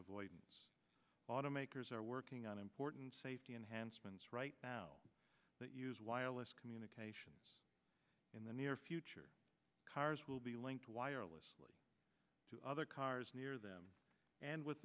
avoidance auto makers are working on important safety enhancements right now that use wireless communications in the near future cars will be linked wirelessly to other cars near them and with